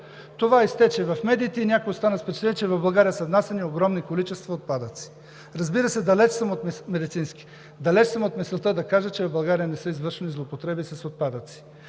Това изтече в медиите и някой остана с впечатление, че в България са внасяни огромни количества медицински отпадъци. Разбира се, далеч съм от мисълта, че в България не са извършени злоупотреби с отпадъци.